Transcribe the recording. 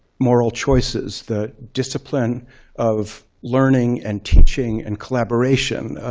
moral choices, the discipline of learning and teaching and collaboration.